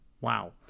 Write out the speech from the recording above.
Wow